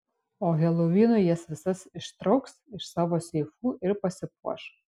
o helovinui jas visas išsitrauks iš savo seifų ir pasipuoš